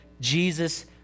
Jesus